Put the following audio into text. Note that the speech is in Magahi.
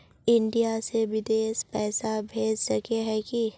इंडिया से बिदेश पैसा भेज सके है की?